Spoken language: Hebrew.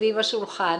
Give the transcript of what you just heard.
סביב השולחן,